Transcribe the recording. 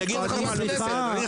מה